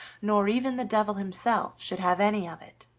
nor even the devil himself should have any of it.